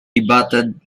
debuted